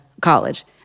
college